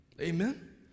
Amen